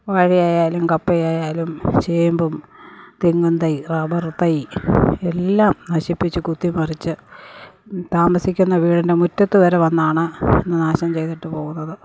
വാഴയായാലും കപ്പയായാലും ചേമ്പും തെങ്ങും തൈ റബർ തൈ എല്ലാം നശിപ്പിച്ച് കുത്തിമറിച്ച് താമസിക്കുന്ന വീടിൻ്റെ മുറ്റത്തു വരെ വന്നാണ് നാശം ചെയ്തിട്ട് പോകുന്നത്